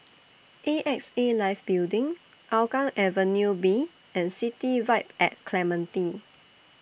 A X A Life Building Hougang Avenue B and City Vibe At Clementi